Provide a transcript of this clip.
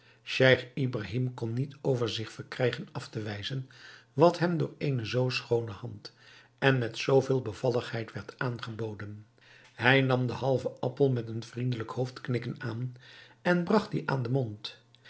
scheich ibrahim kon niet over zich verkrijgen af te wijzen wat hem door eene zoo schoone hand en met zoo veel bevalligheid werd aangeboden hij nam den halven appel met een vriendelijk hoofdknikken aan en bragt dien aan den mond